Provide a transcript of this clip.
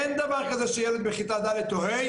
אין דבר כזה שילד בכיתה ד' או ה',